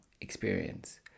experience